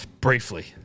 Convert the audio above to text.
Briefly